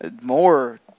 more